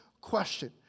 question